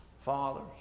Fathers